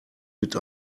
mit